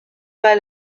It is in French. pas